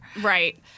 Right